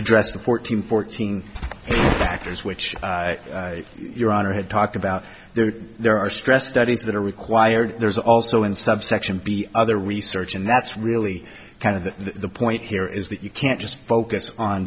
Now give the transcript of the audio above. address the fourteen fourteen factors which your honor had talked about there are there are stressed studies that are required there's also in subsection b other research and that's really kind of the point here is that you can't just focus on